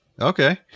Okay